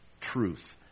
truth